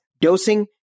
dosing